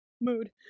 Mood